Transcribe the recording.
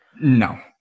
no